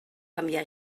canviar